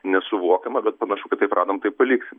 nesuvokiama bet panašu kad taip rodom taip paliksim